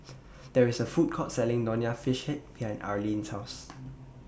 There IS A Food Court Selling Nonya Fish Head behind Arleen's House